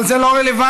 אבל זה לא רלוונטי.